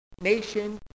nation